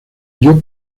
ello